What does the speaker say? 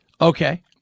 Okay